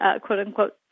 quote-unquote